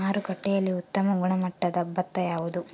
ಮಾರುಕಟ್ಟೆಯಲ್ಲಿ ಉತ್ತಮ ಗುಣಮಟ್ಟದ ಭತ್ತ ಯಾವುದು?